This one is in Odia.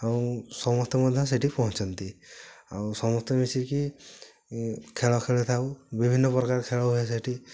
ଆଉ ସମସ୍ତେ ମଧ୍ୟ ସେଇଠି ପହଞ୍ଚନ୍ତି ଆଉ ସମସ୍ତେ ମିଶିକି ଖେଳ ଖେଳିଥାଉ ବିଭିନ୍ନ ପ୍ରକାର ଖେଳ ହୁଏ ସେଇଠି